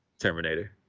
Terminator